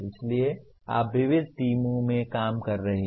इसलिए आप विविध टीमों में काम कर रहे हैं